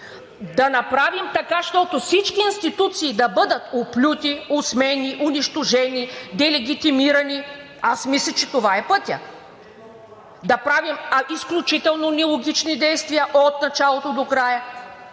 да направим така, щото всички институции да бъдат оплюти, осмени, унищожени, делегитимирани, аз мисля, че това е пътят – да правим изключително нелогични действия от началото до края,